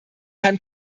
herrn